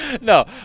No